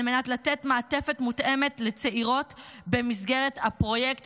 מנת לתת מעטפת מותאמת לצעירות במסגרת הפרויקט.